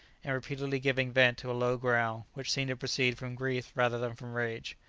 and repeatedly giving vent to a low growl, which seemed to proceed from grief rather than from rage.